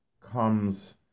comes